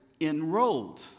enrolled